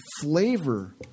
flavor